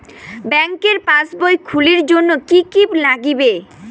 ব্যাঙ্কের পাসবই খুলির জন্যে কি কি নাগিবে?